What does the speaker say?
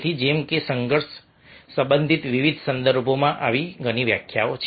તેથી જેમ કે સંઘર્ષ સંબંધિત વિવિધ સંદર્ભોમાં આવી ઘણી વ્યાખ્યાઓ છે